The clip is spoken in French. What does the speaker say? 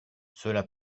cela